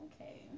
okay